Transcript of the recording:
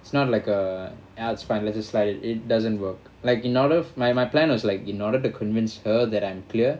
it's not like ah it's fine let's just slide it it doesn't work like in order my my my plan was like in order to convince her that I'm clear